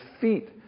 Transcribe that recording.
feet